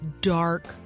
dark